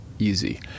easy